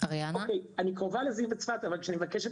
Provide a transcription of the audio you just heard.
--- אני קרובה לזיו בצפת, אבל כשאני מבקשת